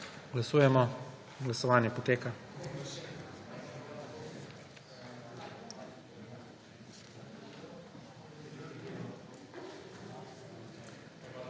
Glasujemo. Glasovanje poteka.